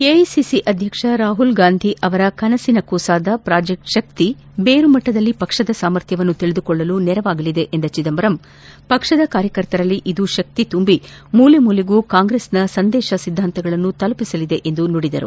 AICC ಅಧ್ಯಕ್ಷ ರಾಹುಲ್ಗಾಂಧಿ ಅವರ ಕನಸಿನ ಕೂಸಾದ ಪ್ರಾಜೆಕ್ಟ್ ಶಕ್ತಿ ದೇರು ಮಟ್ಟದಲ್ಲಿ ಪಕ್ಷದ ಸಾಮರ್ಥ್ಯವನ್ನು ತಿಳಿದುಕೊಳ್ಳುವಲ್ಲಿ ನೆರವಾಗಲಿದೆ ಎಂದ ಚಿದಂಬರಂ ಪಕ್ಷದ ಕಾರ್ಯಕರ್ತರಲ್ಲಿ ಇದು ಶಕ್ತಿ ತುಂಬಿ ಮೂಲೆ ಮೂಲೆಗೂ ಕಾಂಗ್ರೆಸ್ನ ಸಂದೇಶ ಸಿದ್ದಾಂತಗಳನ್ನು ತಲುಪಿಸಲಿದೆ ಎಂದು ನುಡಿದರು